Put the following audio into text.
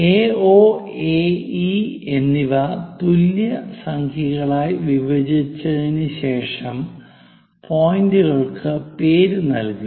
AO AE എന്നിവ തുല്യ സംഖ്യകളായി വിഭജിച്ചതിന് ശേഷം പോയിന്റുകൾക്ക് പേര് നൽകുക